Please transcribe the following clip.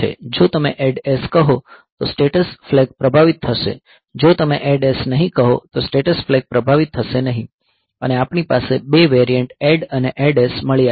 જો તમે ADD S કહો તો સ્ટેટસ ફ્લેગ્સ પ્રભાવિત થશે જો તમે ADD S નહીં કહો તો સ્ટેટસ ફ્લેગ્સ પ્રભાવિત થશે નહીં અને આપણી પાસે 2 વેરિઅન્ટ્સ ADD અને ADD S મળ્યાં છે